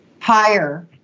higher